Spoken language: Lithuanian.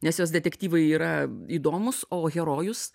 nes jos detektyvai yra įdomūs o herojus